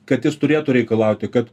kad jis turėtų reikalauti kad